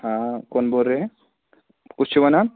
ہاں کون بول رہے ہیں کُس چھُ ونان